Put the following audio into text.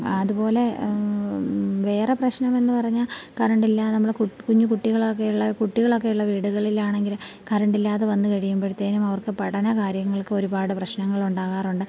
അത്പോലെ വേറെ പ്രശ്നമെന്ന് പറഞ്ഞാൽ കറണ്ടില്ല നമ്മൾ കുഞ്ഞ് കുട്ടികളൊക്കെ ഉള്ള കുട്ടികളൊക്കെ ഉള്ള വീടുകളിലാണെങ്കിൽ കരണ്ടില്ലാതെ വന്നു കഴിയുമ്പോഴത്തേക്കും അവർക്ക് പഠന കാര്യങ്ങൾക്ക് ഒരുപാട് പ്രശ്നങ്ങൾ ഉണ്ടാകാറുണ്ട്